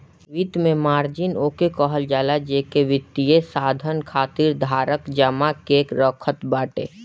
वित्त में मार्जिन ओके कहल जाला जेके वित्तीय साधन खातिर धारक जमा कअ के रखत बाटे